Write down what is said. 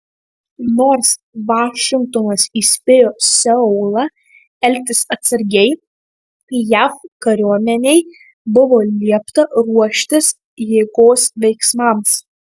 nors vašingtonas įspėjo seulą elgtis atsargiai jav kariuomenei buvo liepta ruoštis jėgos veiksmams